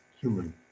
human